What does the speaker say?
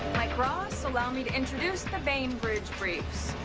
mike ross, allow me to introduce the bainbridge briefs.